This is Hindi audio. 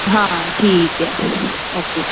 हाँ ठीक है ओके